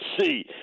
see